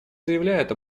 заявляет